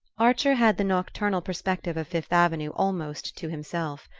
archer had the nocturnal perspective of fifth avenue almost to himself.